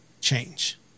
change